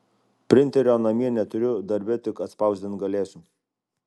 printerio namie neturiu darbe tik atspausdint galėsiu